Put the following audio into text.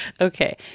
Okay